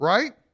Right